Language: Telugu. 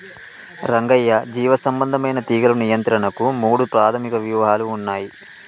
రంగయ్య జీవసంబంధమైన తీగలు నియంత్రణకు మూడు ప్రాధమిక వ్యూహాలు ఉన్నయి